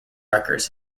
records